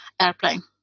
airplane